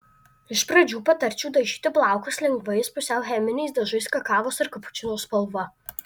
iš pradžių patarčiau dažyti plaukus lengvais pusiau cheminiais dažais kakavos ar kapučino spalva